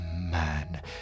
man